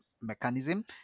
mechanism